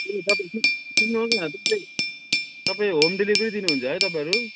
ए तपाईँले चाहिँ सुन्नु होस् न त्यो चाहिँ तपाईँ होम डेलिभरी दिनु हुन्छ है तपाईँहरू